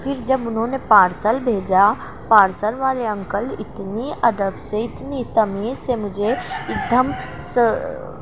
پھر جب انہوں نے پارسل بھیجا پارسل والے انکل اتنی ادب سے اتنی تمیز سے مجھے ایک دم سے